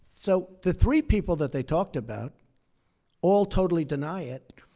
so the three people that they talked about all totally deny it.